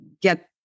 get